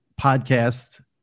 podcast